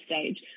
stage